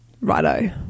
Righto